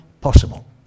possible